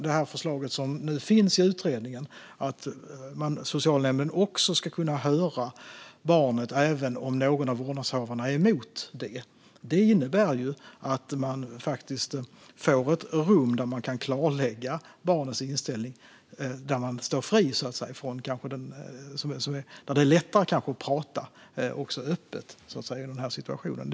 Det förslag som nu finns i utredningen, att socialnämnden ska kunna höra barnet även om någon av vårdnadshavarna är emot det, innebär att man faktiskt får ett rum där man kan klarlägga barnets inställning och där det kanske är lättare att prata öppet om situationen.